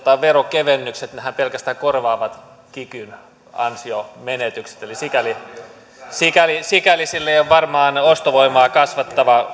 veronkevennyksethän pelkästään korvaavat kikyn ansiomenetykset eli sikäli sikäli sillä ei varmaan ole ostovoimaa kasvattavaa